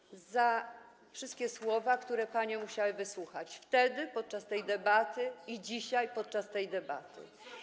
Przepraszam za wszystkie słowa, których panie musiały wysłuchać wtedy podczas tej debaty i dzisiaj podczas tej debaty.